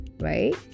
right